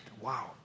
Wow